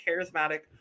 Charismatic